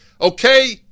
Okay